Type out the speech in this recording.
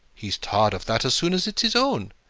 he's tired of that as soon as it's his own.